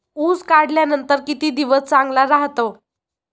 ऊस काढल्यानंतर किती दिवस चांगला राहतो?